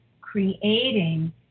creating